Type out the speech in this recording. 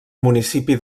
municipi